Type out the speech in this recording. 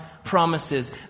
Promises